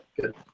good